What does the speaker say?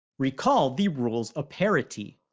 recall the rules of parity.